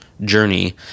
journey